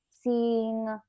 seeing